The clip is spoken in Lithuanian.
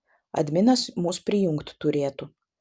adminas mus prijungt turėtų